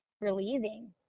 relieving